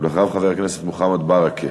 חבר הכנסת מוחמד ברכה.